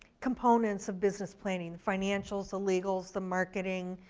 components of business planning. the financials, the legals, the marketing,